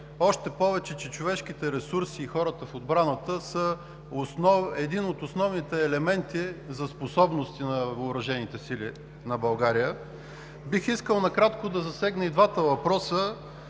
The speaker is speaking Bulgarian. още повече че човешките ресурси и хората в отбраната са един от основните елементи за способностите на въоръжените сили на България. Бих искал накратко да засегна и двата въпроса.